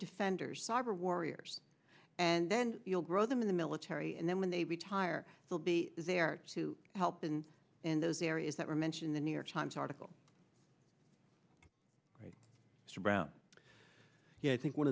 defenders cyber warriors and then you'll grow them in the military and then when they retire they'll be there to help and in those areas that were mentioned the new york times article said brown yeah i think one